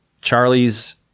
Charlie's